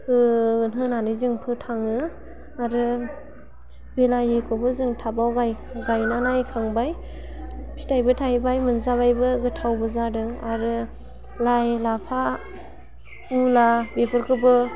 होह होनानै जों फोथाङो आरो बिलाहिखौबो जों टाबाव गाय गायना नायखांबाय फिथाइबो थाइबाय मोनजाबायबो गोथावबो जादों आरो लाइ लाफा मुला बिफोरखोबो